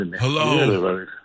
Hello